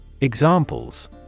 Examples